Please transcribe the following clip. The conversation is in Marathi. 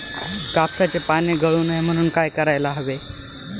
कापसाची पाने गळू नये म्हणून काय करायला हवे?